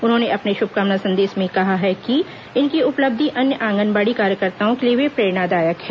उन्होंने अपने शुभकामना संदेश में कहा है कि इनकी उपलब्धि अन्य आंगनबाड़ी कार्यकर्ताओं के लिए भी प्रेरणादायक है